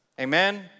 Amen